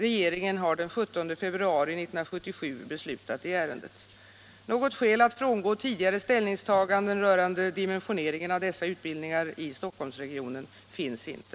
Regeringen har den 17 februari 1977 beslutat i ärendet. Något skäl att frångå tidigare ställningstaganden rörande dimensioneringen av dessa utbildningar i Stockholmsregionen finns inte.